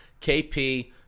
KP